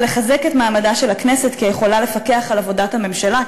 ולחזק את מעמדה של הכנסת כגוף שיכול לפקח על עבודת הממשלה,